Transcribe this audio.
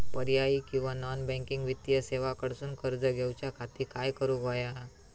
पर्यायी किंवा non banking वित्तीय सेवा कडसून कर्ज घेऊच्या खाती काय करुक होया?